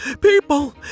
People